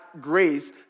grace